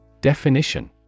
Definition